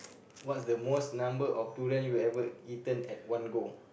what's the most number of durian you ever eaten at one go